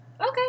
Okay